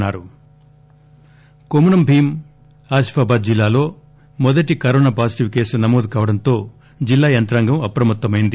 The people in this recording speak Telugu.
కొమురం భీం కొమురం భీం ఆసిఫాబాద్ జిల్లాలో మొదటి కరోనా పాజిటివ్ కేసు నమోదు కావడంతో జిల్లా యంత్రాంగం అప్రమత్తమైంది